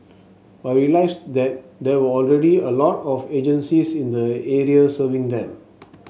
but we realised that there were already a lot of agencies in the area serving them